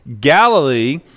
Galilee